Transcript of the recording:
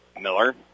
Miller